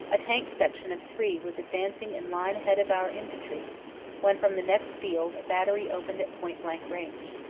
a tank section of three was advancing in line ahead of our infantry when from the next field a battery opened at point-blank range,